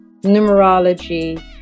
numerology